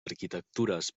arquitectures